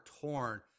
torn